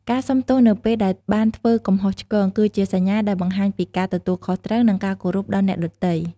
ការសុំទោសនៅពេលដែលបានធ្វើកំហុសឆ្គង គឺជាសញ្ញាដែលបង្ហាញពីការទទួលខុសត្រូវ និងការគោរពដល់អ្នកដទៃ។